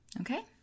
Okay